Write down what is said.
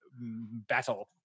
battle